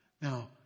Now